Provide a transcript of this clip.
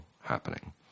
happening